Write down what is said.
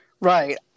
right